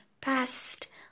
past